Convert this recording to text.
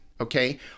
Okay